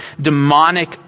demonic